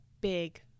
big